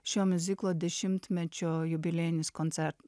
šio miuziklo dešimtmečio jubiliejinis koncer